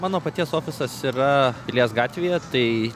mano paties ofisas yra pilies gatvėje tai